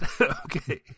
Okay